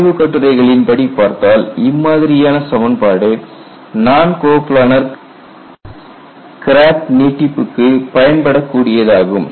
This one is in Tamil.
ஆய்வு கட்டுரைகளின் படி பார்த்தால் இம்மாதிரியான சமன்பாடு நான் கோப்லானார் கிராக் நீட்டிப்புக்கு பயன்படக் கூடியதாகும்